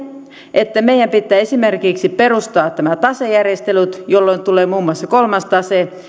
että meidän pitää esimerkiksi perustaa nämä tasejärjestelyt jolloin tulee muun muassa kolmas tase